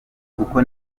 uko